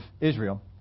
Israel